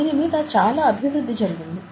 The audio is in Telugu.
దీని మీద చాలా అభివృద్ధి జరిగింది